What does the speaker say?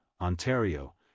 Ontario